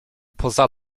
poza